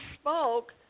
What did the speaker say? spoke